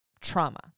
trauma